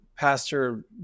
Pastor